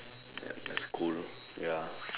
ya that's cool ya